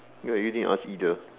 well you didn't ask either